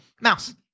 Mouse